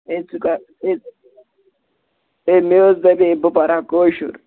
ہے ژٕ کر ہے مےٚ حظ دَپٕے بہٕ پَرٕ ہہ کٲشُر